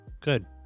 good